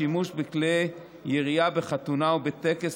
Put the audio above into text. שימוש בכלי ירייה בחתונה או בטקס,